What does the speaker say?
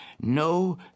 No